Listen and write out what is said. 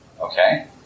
Okay